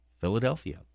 Philadelphia